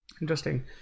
interesting